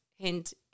Hint